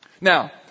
Now